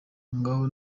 ngaho